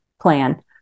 plan